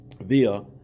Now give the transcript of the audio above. via